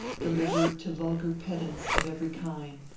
delivered to vulgar pedants of every kind,